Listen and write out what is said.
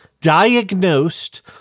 diagnosed